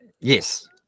yes